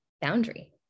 boundary